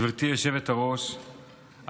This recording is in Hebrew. גברתי היושבת-ראש,